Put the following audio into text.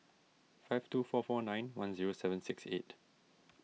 five two four four nine one zero seven six eight